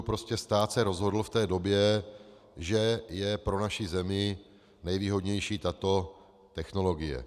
Prostě stát se rozhodl v té době, že je pro naši zemi nejvýhodnější tato technologie.